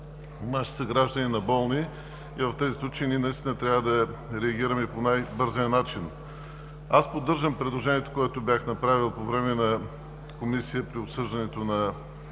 нашите съграждани, на болни, и в тези случаи ние наистина трябва да реагираме по най-бързия начин. Поддържам предложението, което бях направил по време на обсъждането на